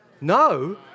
No